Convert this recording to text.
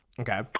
Okay